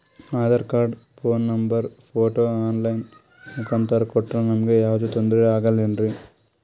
Aadhaar card, phone number, photo online ಮುಖಾಂತ್ರ ಕೊಟ್ರ ನಮಗೆ ಯಾವುದೇ ತೊಂದ್ರೆ ಆಗಲೇನ್ರಿ?